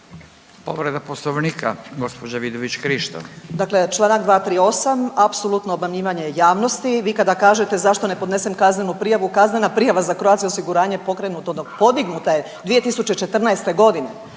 Krišto, Karolina (Nezavisni)** Dakle, čl. 238. apsolutno obmanjivanje javnosti, vi kada kažete zašto ne podnesem kaznenu prijavu, kaznena prijava za Croatiau osiguranje je pokrenuta, podignuta je 2014.g.